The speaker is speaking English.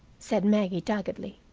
said maggie doggedly.